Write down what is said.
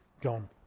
gone